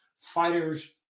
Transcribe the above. fighters –